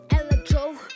electro